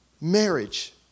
Marriage